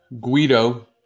Guido